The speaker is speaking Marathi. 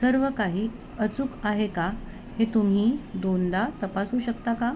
सर्व काही अचूक आहे का हे तुम्ही दोनदा तपासू शकता का